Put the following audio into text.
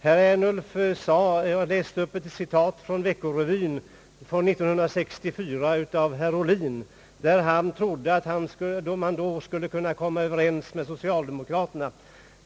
Herr Ernulf läste upp ett citat ur Veckojournalen från 1964, där herr Ohlin uttalat att han trodde att man då skulle kunna komma överens med socialdemokraterna.